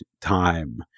time